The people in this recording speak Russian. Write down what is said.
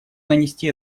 нанести